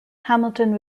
hamilton